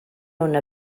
una